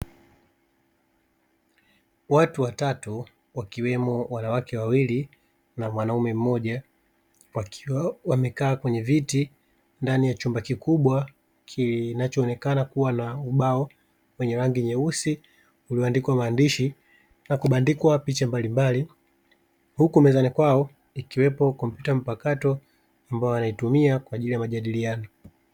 Watu watatu, wakiwemo wanawake wawili na mwanaume mmoja, wakiwa wamekaa kwenye viti ndani ya chumba kikubwa kinachoonekana kuwa na ubao wenye rangi nyeusi uliyoandikwa maandishi na kubandikwa picha mbalimbali, huku mezani kwao ikiwepo kompyuta mpakato ambayo wanaitumia kwa ajili ya majadiliano.